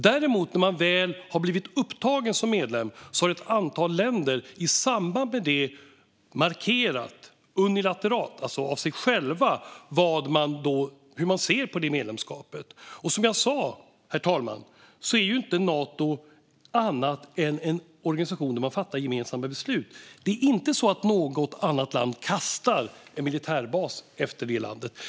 Däremot har ett antal länder när de väl blivit upptagna som medlemmar markerat unilateralt, alltså från sin sida, hur de ser på medlemskapet. Som jag sa, herr talman, är inte Nato något annat än en organisation där man fattar gemensamma beslut. Det är inte så att något annat land kastar en militärbas på det nyupptagna landet.